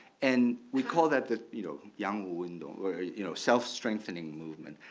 and we call that that you know young window where you know self strengthening movement.